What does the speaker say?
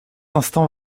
instant